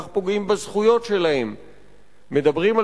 כך פוגעים בזכויות שלהם.